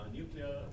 nuclear